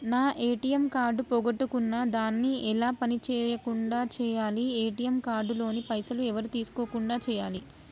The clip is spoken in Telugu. నా ఏ.టి.ఎమ్ కార్డు పోగొట్టుకున్నా దాన్ని ఎలా పని చేయకుండా చేయాలి ఏ.టి.ఎమ్ కార్డు లోని పైసలు ఎవరు తీసుకోకుండా చేయాలి?